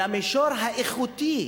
למישור האיכותי,